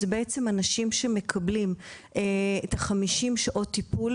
אלה בעצם אנשים שמקבלים 50 שעות טיפול,